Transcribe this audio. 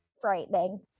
frightening